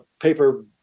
paper